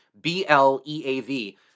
B-L-E-A-V